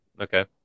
Okay